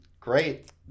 great